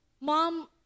mom